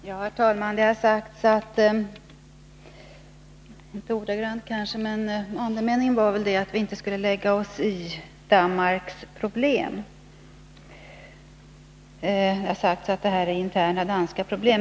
Herr talman! Det har sagts — inte ordagrant kanske, men andemeningen var väl den — att vi inte skulle lägga oss i Danmarks problem. Man har hävdat att det här är interna danska problem.